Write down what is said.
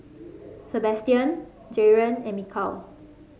Sabastian Jaren and Mikal